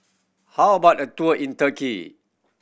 how about a tour in Turkey